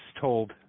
told